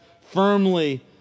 firmly